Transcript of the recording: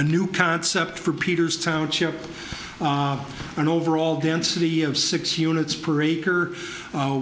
a new concept for peters township an overall density of six units per acre